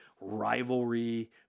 rivalry